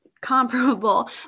comparable